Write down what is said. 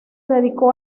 dedicó